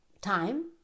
time